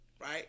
Right